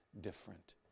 different